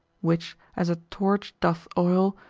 which, as a torch doth oil,